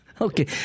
Okay